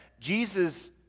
Jesus